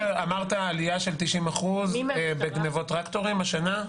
בסדר, אמרת עלייה של 90% בגניבות טרקטורים השנה?